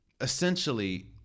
essentially